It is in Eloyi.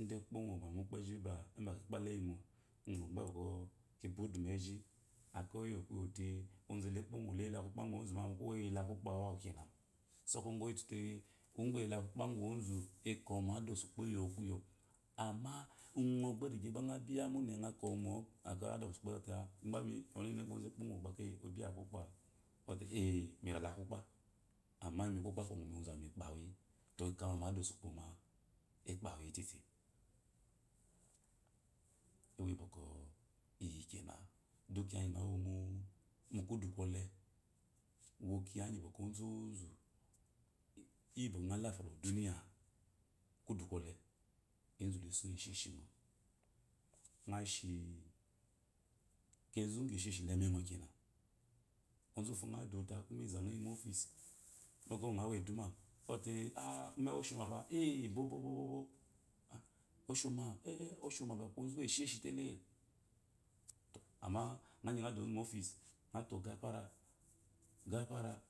ide ekpomo ba ugbeji ba mba kpala eyimo ba mbwɔkwɔ kibwɔode meji akeyi oyukuyte ozele ekpomole eyela kwapa gu ozumamo ko yoola koakpawu amken so kuwo gɔ oyitate ide gba eyala kokpa gun ozu ekamomo ada osuup eyome kuyo amme ngo gba ngɔ rige ngo biya munene ngo kamama akayi ada osuikpo eyote aa migbe mi yokuyo ku ozo ekpomo eyote aa migbe miyokuyo ku oo ekpomo orege obiyawa la kokpa ngo te ee ekpomo orege obiyawa la kokpa ngo te ee. miracle koupe amma ozawu mikpanuyi to tete yi bwɔkwɔ eyi kena yi bwakwɔ ozozu yi bwɔ kwɔ ngo lafia la oduniya kudu gɔle ezu loso yi eshishingo ngo shi kezu gye sheshi la emengo kena ozufo ngo duwate a ku ammezanga eyimofis bwɔkwɔ ngo w eduma ate aa bobobo oshoma ba aku ozu we esheshile amma ngodu ozu mofis ngo ta ogafere ogafere